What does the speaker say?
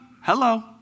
hello